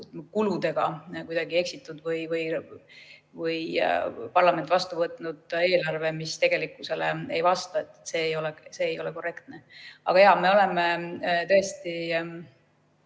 kuludega kuidagi eksitud või oleks parlament vastu võtnud eelarve, mis tegelikkusele ei vasta. See ei ole korrektne. Aga jaa, me oleme tõesti